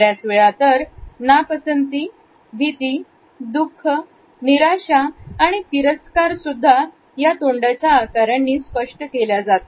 बरेच वेळा तर नापसंती भीती दुःख निराशा आणि तिरस्कार सुद्धा तोंडाचा आकारांनी स्पष्ट होतो